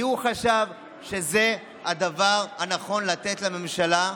כי הוא חשב שזה הדבר הנכון לתת לממשלה,